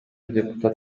депутат